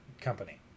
company